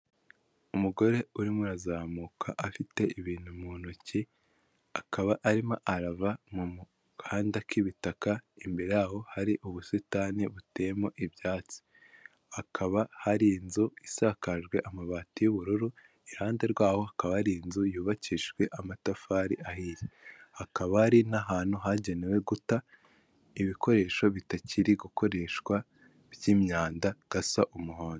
Umugore urimo urazamuka afite ibintu mu ntoki akaba arimo arava mu gahanda k'ibitaka imbere yaho hari ubusitani buteyemo ibyatsi, hakaba hari inzu isakajwe amabati y'ubururu, iruhande rwaho hakaba hari inzu yubakishijwe amatafari ahiye, hakaba hari n'ahantu hagenewe guta ibikoresho bitakiri gukoreshwa by'imyanda gasa umuhondo.